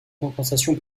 compensation